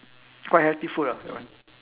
quite healthy food ah that one